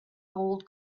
gold